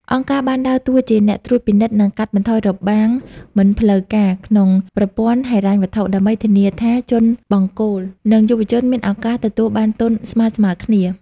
អង្គការបានដើរតួជាអ្នកត្រួតពិនិត្យ និងកាត់បន្ថយរបាំងមិនផ្លូវការក្នុងប្រព័ន្ធហិរញ្ញវត្ថុ ដើម្បីធានាថាជនបង្គោល និងយុវជនមានឱកាសទទួលបានទុនស្មើៗគ្នា។